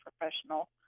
professional